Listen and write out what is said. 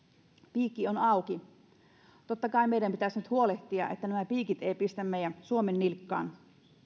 piikki on auki totta kai meidän pitäisi nyt huolehtia että nämä piikit eivät pistä meidän suomen nilkkaan